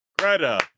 Greta